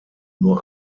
nur